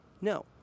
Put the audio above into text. No